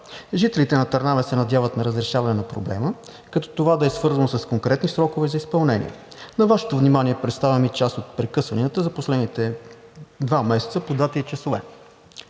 Жителите на Търнава се надяват на разрешаване на проблема, като това да е свързано с конкретни срокове за изпълнение. На Вашето внимание представяме и част от прекъсванията за последните два месеца по дати и часове